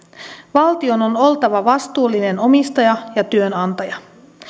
valtion on oltava vastuullinen omistaja ja työnantaja